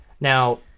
Now